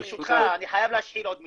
אבל, ברשותך, אני חייב להשחיל עוד מילה.